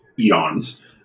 eons